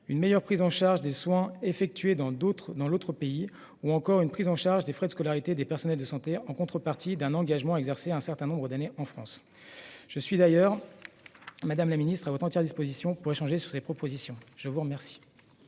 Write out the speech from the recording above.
une meilleure prise en charge des soins réalisés dans l'autre pays ou encore une prise en charge des frais de scolarité des personnels de santé en contrepartie d'un engagement à exercer un certain nombre d'années en France. Je suis d'ailleurs, madame la ministre, à votre entière disposition pour échanger sur ces propositions. La parole